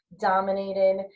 dominated